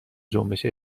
جنبش